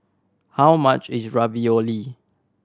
how much is Ravioli